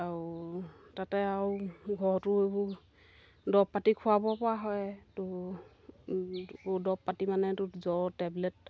আও তাতে আও ঘৰতো এইবোৰ দৰৱ পাতি খুৱাব পৰা হয় তো দৰৱ পাতি মানে তো জ্বৰ টেবলেট